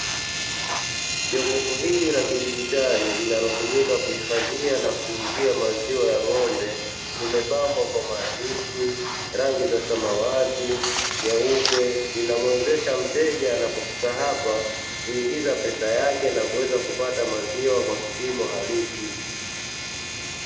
Jokofu hili la kidigitali linalotumika kuhifadhia na kuuzia maziwa ya ng’ombe, limepambwa kwa maandishi rangi sana watu, nyeupe, inamwezesha mteja anapofika hapa kuingiza pesa yake na kuweza kupata maziwa kwa kipimo halisi.